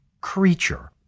creature